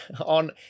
on